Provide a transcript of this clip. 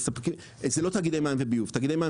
אלה לא תאגידי מים וביוב.